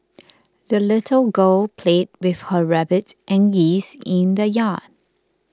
the little girl played with her rabbit and geese in the yard